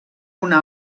una